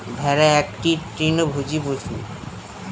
ভেড়া একটি তৃণভোজী পশু